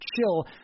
chill